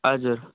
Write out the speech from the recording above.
हजुर